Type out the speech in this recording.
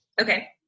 okay